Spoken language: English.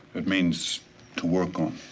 it means to work on,